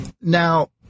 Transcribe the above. Now